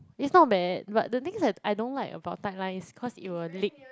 it's not bad but the thing is I don't like about tightline is cause it will leak